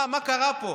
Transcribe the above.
מה קרה פה?